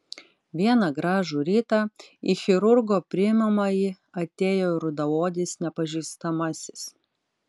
vieną gražų rytą į chirurgo priimamąjį atėjo rudaodis nepažįstamasis